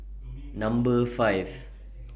Number five